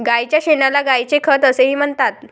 गायीच्या शेणाला गायीचे खत असेही म्हणतात